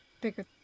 bigger